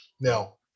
now